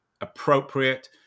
appropriate